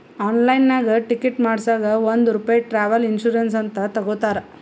ಆನ್ಲೈನ್ನಾಗ್ ಟಿಕೆಟ್ ಮಾಡಸಾಗ್ ಒಂದ್ ರೂಪೆ ಟ್ರಾವೆಲ್ ಇನ್ಸೂರೆನ್ಸ್ ಅಂತ್ ತಗೊತಾರ್